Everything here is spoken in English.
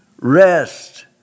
rest